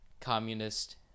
communist